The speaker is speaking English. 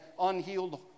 unhealed